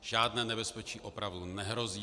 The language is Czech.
Žádné nebezpečí opravdu nehrozí.